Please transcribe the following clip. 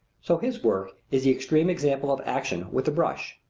so his work is the extreme example of action with the brush.